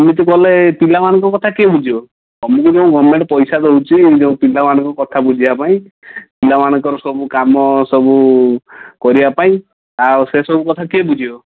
ଏମିତି କଲେ ଏହି ପିଲାମାନଙ୍କ କଥା କିଏ ବୁଝିବ ତୁମକୁ ଯେଉଁ ଗଭର୍ଣ୍ଣମେଣ୍ଟ୍ ପଇସା ଦେଉଛି ଏହି ଯେଉଁ ପିଲାମାନଙ୍କ କଥା ବୁଝିବା ପାଇଁ ପିଲାମାନଙ୍କର ସବୁ କାମ ସବୁ କରିବା ପାଇଁ ଆଉ ସେସବୁ କଥା କିଏ ବୁଝିବ